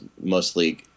mostly